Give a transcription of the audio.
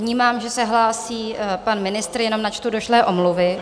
Vnímám, že se hlásí pan ministr, jenom načtu došlé omluvy.